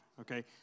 okay